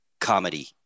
comedy